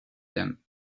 them